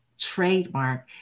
trademark